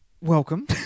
welcome